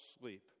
sleep